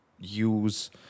use